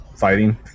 fighting